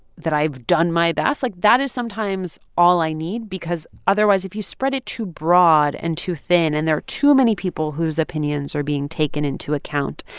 that i've done my best, like, that is sometimes all i need because otherwise, if you spread it too broad and too thin, and there are too many people whose opinions are being taken into account,